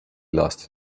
lost